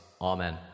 Amen